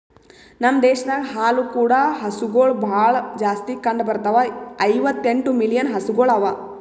ನಮ್ ದೇಶದಾಗ್ ಹಾಲು ಕೂಡ ಹಸುಗೊಳ್ ಭಾಳ್ ಜಾಸ್ತಿ ಕಂಡ ಬರ್ತಾವ, ಐವತ್ತ ಎಂಟು ಮಿಲಿಯನ್ ಹಸುಗೊಳ್ ಅವಾ